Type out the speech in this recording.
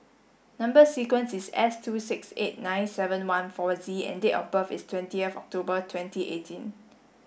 number sequence is S two six eight nine seven one four Z and date of birth is twentieth October twenty eighteen